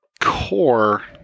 core